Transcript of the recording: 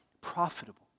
profitable